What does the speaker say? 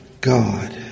God